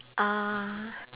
uh